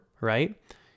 right